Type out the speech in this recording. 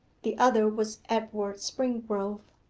the other was edward springrove.